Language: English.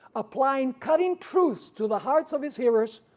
applying cutting truths to the hearts of his hearers,